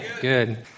Good